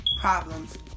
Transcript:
problems